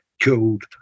killed